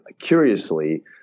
curiously